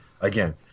again